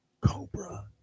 Cobra